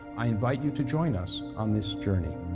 i invite you to join us on this journey.